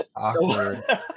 Awkward